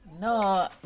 No